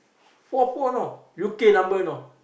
four four know U_K number know